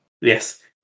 Yes